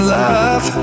love